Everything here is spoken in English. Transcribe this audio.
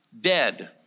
dead